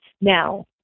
Now